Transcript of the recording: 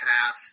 path